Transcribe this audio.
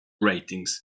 ratings